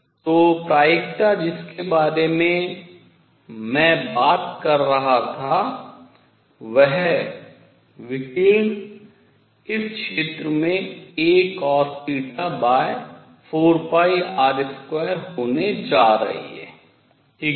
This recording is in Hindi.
तो प्रायिकता जिस के बारे में मैं बात कर रहा था वह विकिरण इस क्षेत्र में a cosθ4πr2 होने जा रही है ठीक है